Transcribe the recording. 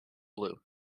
blue